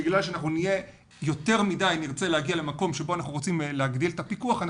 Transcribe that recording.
בגלל שנרצה להגיע למקום בו אנחנו רוצים להגדיל את הפיקוח,